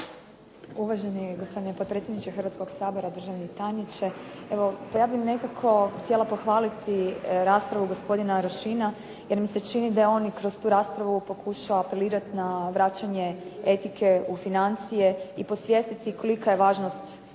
Uvaženi gospodine potpredsjedniče Hrvatskog sabora, državni tajniče. Pa evo ja bih nekako htjela pohvaliti raspravu gospodina Rošina, jer mi se čini da je on kroz tu raspravu pokušao apelirati na vraćanje etike u financije i posvijestiti kolika je važnost